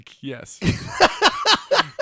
yes